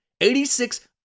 86